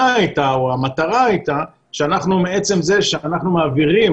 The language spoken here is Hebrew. הייתה או המטרה הייתה שאנחנו מעצם זה שאנחנו מעבירים